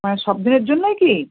হ্যাঁ সব দিনের জন্যই কি